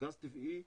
גז טבעי,